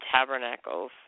tabernacles